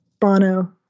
Bono